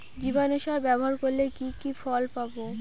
জীবাণু সার ব্যাবহার করলে কি কি ফল পাবো?